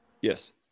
Yes